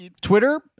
Twitter